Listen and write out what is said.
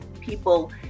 people